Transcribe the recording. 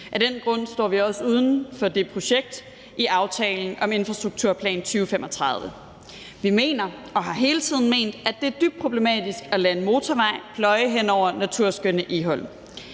Af den grund står vi også uden for det projekt i »Aftale om infrastrukturplan 2035«. Vi mener og har hele tiden ment, at det er dybt problematisk at lade en motorvej pløje hen over naturskønne Egholm.